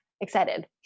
excited